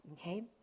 Okay